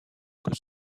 que